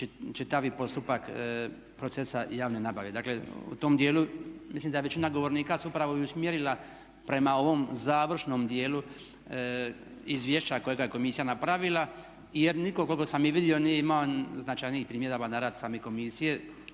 čitavi postupak procesa javne nabave. Dakle, u tom dijelu mislim da je većina govornika se upravo i usmjerila prema ovom završnom dijelu izvješća kojega je komisija napravila jer nitko koliko sam vidio nije imao značajnijih primjedbi na rad same komisije,